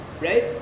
right